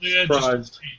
surprised